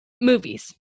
movies